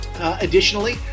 Additionally